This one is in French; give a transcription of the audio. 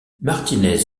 martinez